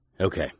Okay